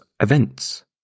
events